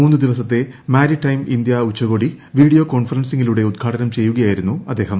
മൂന്നുദിവസിൽത്ത് maritime India ഉച്ചകോടി video ക്ടോൺഫറൻസിംഗിലൂടെ ഉദ്ഘാടനം ചെയ്യുകയായിരുന്നു അദ്ദേഹം